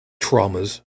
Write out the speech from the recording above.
traumas